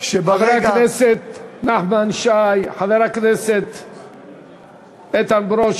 תמכנו בחוק שהביא חבר הכנסת מזרחי,